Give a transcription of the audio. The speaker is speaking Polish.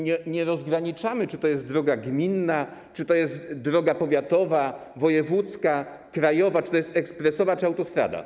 Nie rozgraniczamy, czy to jest droga gminna, czy to jest droga powiatowa, wojewódzka, krajowa, ekspresowa czy autostrada.